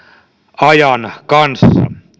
ajan kanssa